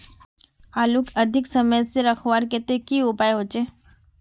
आलूक अधिक समय से रखवार केते की उपाय होचे?